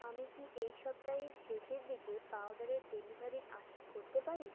আমি কি এই সপ্তাহের শেষের দিকে পাউডারের ডেলিভারির আশা করতে পারি